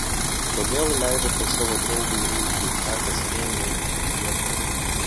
kodėl leidote savo draugei eiti į tą kasinėjimų vietą